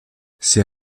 ses